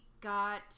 got